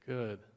Good